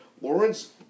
Lawrence